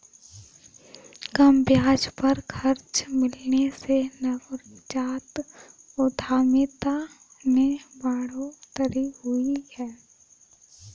कम ब्याज पर कर्ज मिलने से नवजात उधमिता में बढ़ोतरी हुई है